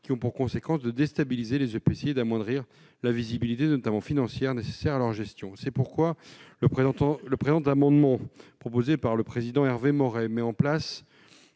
qui ont pour conséquences de déstabiliser les EPCI et d'amoindrir la visibilité, notamment financière, nécessaire à leur gestion. C'est pourquoi le présent amendement, proposé par le président Hervé Maurey, tend